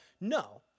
No